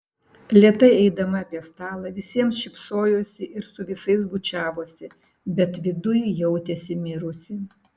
lėtai eidama apie stalą visiems šypsojosi ir su visais bučiavosi bet viduj jautėsi mirusi